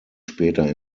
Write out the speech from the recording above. später